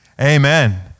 Amen